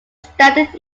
standard